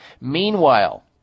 meanwhile